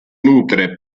nutre